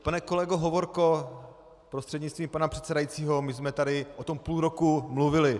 Pane kolego Hovorko prostřednictvím pana předsedajícího, my jsme tady o tom půl roku mluvili.